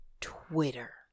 Twitter